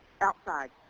Outside